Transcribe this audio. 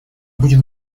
будет